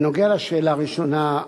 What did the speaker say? בנוגע לשאלה הראשונה,